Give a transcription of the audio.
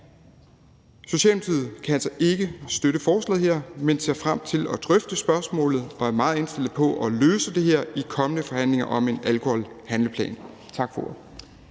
Socialdemokratiet kan altså ikke støtte forslaget her, men ser frem til at drøfte spørgsmålet og er meget indstillet på at løse det her i kommende forhandlinger om en alkoholhandleplan. Tak for